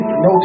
no